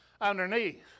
underneath